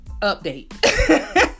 update